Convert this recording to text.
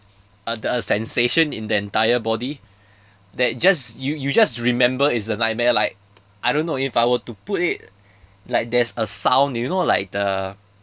a the sensation in the entire body that just you you just remember it's a nightmare like I don't know if I were to put it like there's a sound you know like the